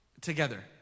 together